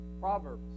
Proverbs